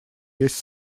есть